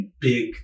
big